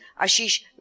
Ashish